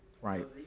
Right